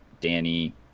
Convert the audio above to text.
Danny